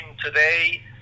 today